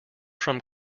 from